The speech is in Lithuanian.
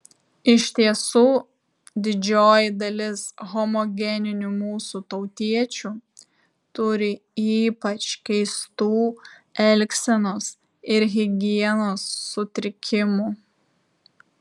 iš tiesų didžioji dalis homogeninių mūsų tautiečių turi ypač keistų elgsenos ir higienos sutrikimų